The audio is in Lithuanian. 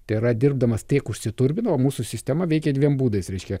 tai yra dirbdamas tiek užsiturbino o mūsų sistema veikia dviem būdais reiškia